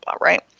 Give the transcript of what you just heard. right